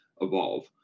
evolve